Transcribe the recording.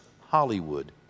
Hollywood